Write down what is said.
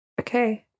Okay